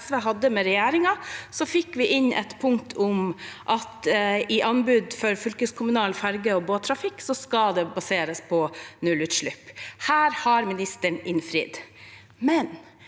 SV hadde med regjeringen, fikk vi lagt inn et punkt om at anbud om fylkeskommunal ferje- og båttrafikk skal baseres på nullutslipp. Her har ministeren innfridd.